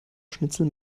schnitzel